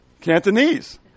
Cantonese